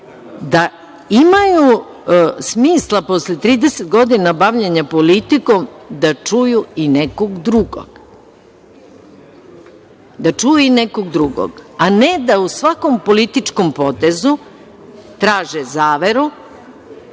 da imaju smisla posle 30 godina bavljenja politikom da čuju i nekog drugog, a ne da u svakom političkom potezu traže zaveru,